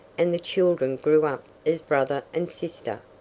and the children grew up as brother and sister.